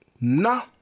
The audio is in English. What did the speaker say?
Nah